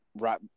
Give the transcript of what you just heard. right